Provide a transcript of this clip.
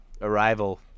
Arrival